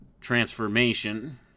transformation